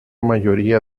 mayoría